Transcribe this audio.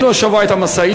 ראינו השבוע את המשאית,